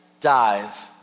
dive